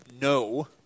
no